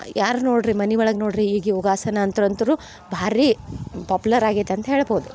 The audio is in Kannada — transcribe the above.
ಯಾರು ನೋಡಿರಿ ಮನೆ ಒಳಗೆ ನೋಡಿರಿ ಈಗ ಯೋಗಾಸನ ಅಂತ ಅಂತೂ ಭಾರೀ ಪಾಪ್ಯುಲರ್ ಆಗೈತೆ ಅಂತ ಹೇಳ್ಬೋದು